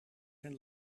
zijn